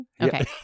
Okay